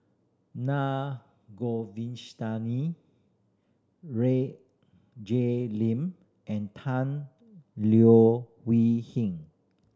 Naa Jay Lim and Tan Leo Wee Hin